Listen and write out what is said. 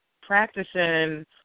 practicing